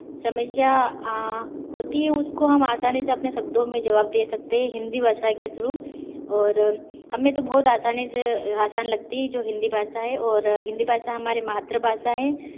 समस्या होती है उसको हम आसानी से अपने शब्दों में जवाब दे सकते हैं हिंदी भाषा के थ्रू और हमें तो बहुत आसानी से आसान लगती है जो हिंदी भाषा है ओर हिंदी भाषा हमारी मातृभाषा है